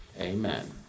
amen